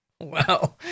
Wow